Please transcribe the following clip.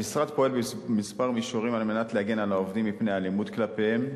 המשרד פועל בכמה מישורים על מנת להגן על העובדים מפני אלימות כלפיהם: